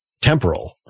temporal